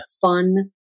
fun